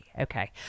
Okay